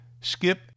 Skip